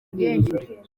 byinshi